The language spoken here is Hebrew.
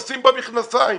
עושים במכנסיים.